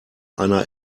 einer